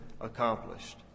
accomplished